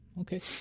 Okay